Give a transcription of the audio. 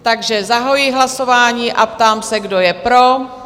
Takže zahajuji hlasování a ptám se, kdo je pro?